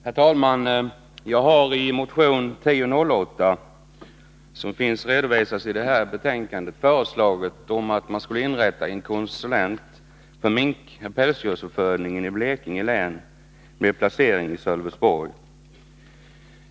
Herr talman! Jag har i motion 1008, som behandlas i jordbruksutskottets betänkande nr 24, föreslagit att man skulle inrätta en tjänst som konsulent för pälsdjursuppfödningen i Blekinge län med placering i Sölvesborg.